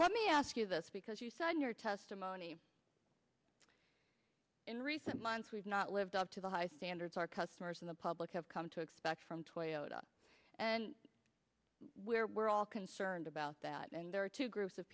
let me ask you this because you said in your testimony in recent months we've not lived up to the high standards our customers and the public have come to expect from toyota and where we're all concerned about that and there are two groups of